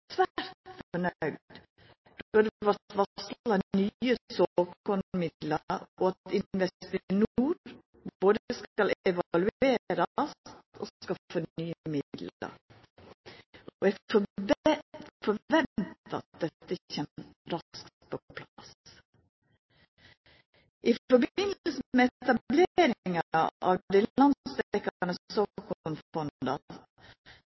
og at Investinor både skal evaluerast og få nye midlar. Eg forventar at dette kjem raskt på plass. I samband med etableringa av